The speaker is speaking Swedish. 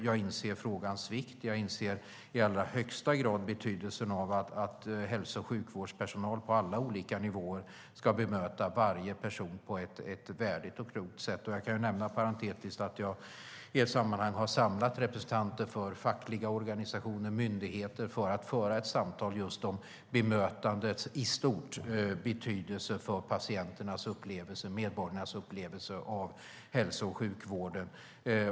Jag inser frågans vikt, och jag inser i allra högsta grad betydelsen av att all hälso och sjukvårdspersonal på alla olika nivåer bemöter varje person på ett värdigt och klokt sätt. Jag kan nämna parentetiskt att jag vid ett tillfälle har samlat representanter för fackliga organisationer och myndigheter för att föra samtal om just betydelsen av bemötandet av patienternas och medborgarnas upplevelse av hälso och sjukvården.